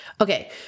okay